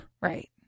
Right